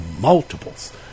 multiples